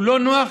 הוא לא נוח,